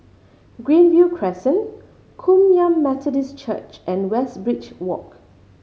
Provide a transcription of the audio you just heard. Greenview Crescent Kum Yan Methodist Church and Westridge Walk